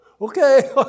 Okay